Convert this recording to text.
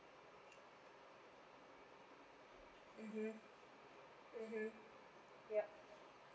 mmhmm yup